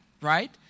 right